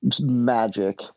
magic